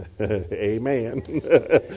amen